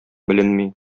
беленми